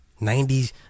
90s